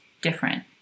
different